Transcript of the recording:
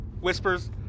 Whispers